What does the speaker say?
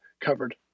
covered